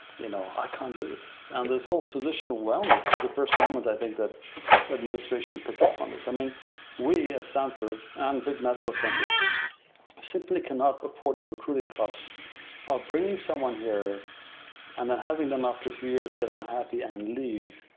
you know i can't do this. and this whole physician wellness is the first moment i think that administration picked up on this. i mean we at stanford and big medical centers simply cannot afford the recruiting costs of bringing someone here and then having them after a few years get unhappy and leave.